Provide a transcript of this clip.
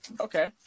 Okay